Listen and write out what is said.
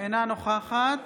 אינה נוכחת